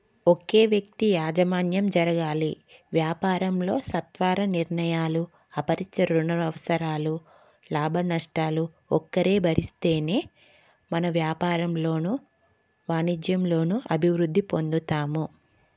ఒకే వ్యక్తి యాజమాన్యం జరగాలి వ్యాపారంలో సత్వర నిర్ణయాలు అపరిచ రుణ అవసరాలు లాభనష్టాలు ఒక్కరే భరిస్తేనే మన వ్యాపారంలోనూ వాణిజ్యంలోనూ అభివృద్ధి పొందుతాము